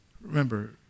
Remember